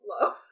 low